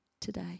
today